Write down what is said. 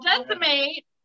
decimate